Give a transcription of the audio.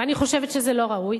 ואני חושבת שזה לא ראוי,